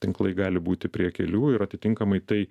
tinklai gali būti prie kelių ir atitinkamai tai